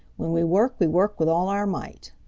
when we work we work with all our might.